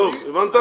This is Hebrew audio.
הבנת?